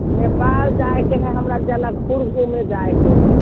नेपाल जाइके हय हमरा जनकपुर घुमे जाइके हय